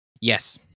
Yes